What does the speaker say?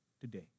today